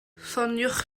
ffoniwch